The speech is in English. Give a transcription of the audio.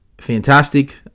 fantastic